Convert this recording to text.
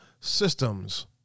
Systems